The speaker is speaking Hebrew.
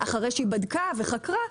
אחרי שהיא בדקה וחקרה,